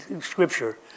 scripture